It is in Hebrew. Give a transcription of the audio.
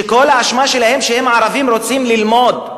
שכל האשמה שלהם שהם ערבים ורוצים ללמוד,